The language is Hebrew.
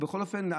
או בכל אופן,